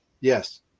Yes